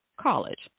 college